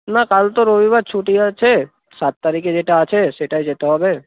না কাল তো রবিবার ছুটি আছে সাত তারিখে যেটা আছে সেটায় যেতে হবে